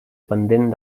pendent